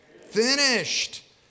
Finished